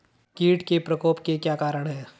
कीट के प्रकोप के क्या कारण हैं?